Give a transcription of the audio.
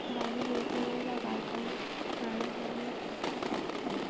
বাড়ির উঠানে বা বাগানে নানা ধরনের পাখি দেখা যায়